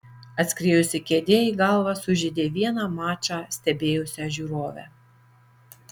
atskriejusi kėdė į galvą sužeidė vieną mačą stebėjusią žiūrovę